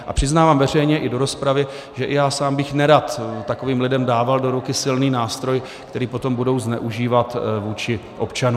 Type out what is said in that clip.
A přiznávám veřejně i do rozpravy, že i já sám bych nerad takovým lidem dával do ruky silný nástroj, který potom budou zneužívat vůči občanům.